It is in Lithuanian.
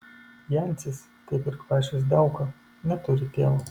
jancis kaip ir kvaišas dauka neturi tėvo